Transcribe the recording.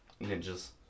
Ninjas